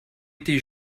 été